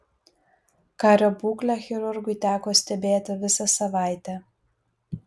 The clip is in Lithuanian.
kario būklę chirurgui teko stebėti visą savaitę